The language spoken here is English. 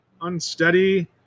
unsteady